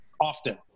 Often